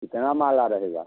कितना माला रहेगा